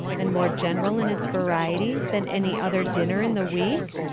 and more general in its variety, than any other dinner in the week?